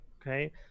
Okay